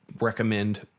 recommend